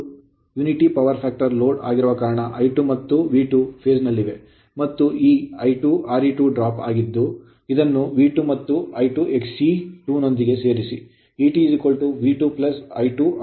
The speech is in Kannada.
ಇದು ಏಕತಾ ಪವರ್ ಫ್ಯಾಕ್ಟರ್ ಲೋಡ್ ಆಗಿರುವ ಕಾರಣ I2 ಮತ್ತು V2 ಹಂತದಲ್ಲಿರುತ್ತವೆ ಮತ್ತು ಈ I2 Re2 ಡ್ರಾಪ್ ಆಗಿದ್ದು ಇದನ್ನು V2 ಮತ್ತು I2 Xe2 ನೊಂದಿಗೆ ಸೇರಿಸಿ E2 V2 I2 Re2 j I2 Xe2